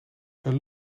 een